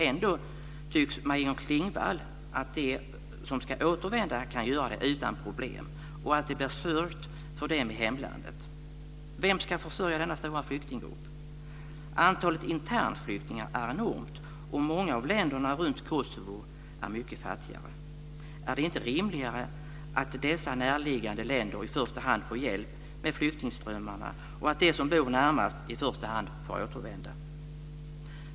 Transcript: Ändå verkar Maj-Inger Klingvall tycka att de som ska återvända kan göra det utan problem, och att det blir sörjt för dem i hemlandet. Vem ska försörja denna stora flyktinggrupp? Antalet internflyktingar är enormt, och många av länderna runt Kosovo är mycket fattigare. Är det inte rimligare att dessa närliggande länder i första hand får hjälp med flyktingströmmarna och att de som bor närmast i första hand får återvända?